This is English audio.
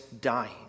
dying